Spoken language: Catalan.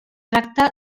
tracta